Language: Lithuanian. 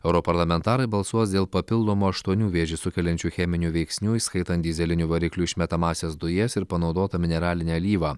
europarlamentarai balsuos dėl papildomų aštuonių vėžį sukeliančių cheminių veiksnių įskaitant dyzelinių variklių išmetamąsias dujas ir panaudotą mineralinę alyvą